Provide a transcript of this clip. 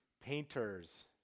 painters